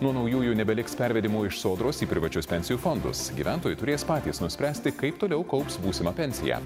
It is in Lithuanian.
nuo naujųjų nebeliks pervedimų iš sodros į privačius pensijų fondus gyventojai turės patys nuspręsti kaip toliau kaups būsimą pensiją